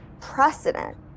precedent